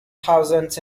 thousands